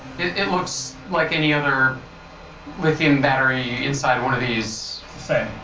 it looks like any other lithium battery inside one of these. same.